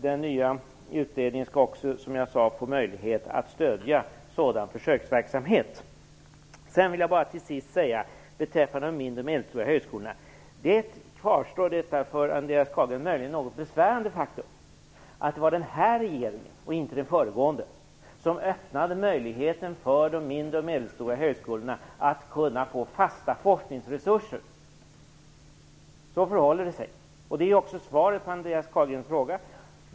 Den nya utredningen skall också som jag sade få möjlighet att stödja sådan försöksverksamhet. Till sist vill jag bara säga beträffande de mindre och medelstora högskolorna att ett för Andreas Carlgren möjligen något besvärande faktum kvarstår, nämligen att det var den här regeringen och inte den föregående som öppnade möjligheten för de mindre och medelstora högskolorna att få fasta forskningsresurser. Så förhåller det sig. Det är också svaret på Andreas Carlgrens fråga.